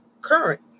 current